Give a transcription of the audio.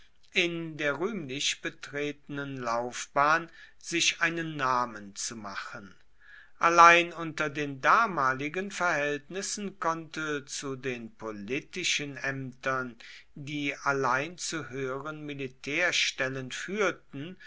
in der rühmlich betretenen laufbahn sich einen namen zu machen allein unter den damaligen verhältnissen konnte zu den politischen ämtern die allein zu höheren militärstellen führten